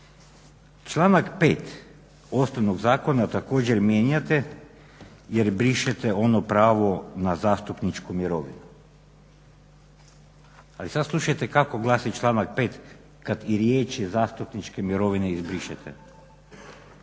Članak 5. osnovnog zakona također mijenjanje jer brišete ono pravo na zastupničku mirovinu. Ali sad slušajte kako glasi članak 5. kad i riječi "zastupničke mirovine" izbrišete.